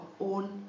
own